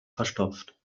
verstopft